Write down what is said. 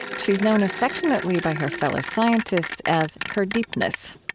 she's known affectionately by her fellow scientists as her deepness.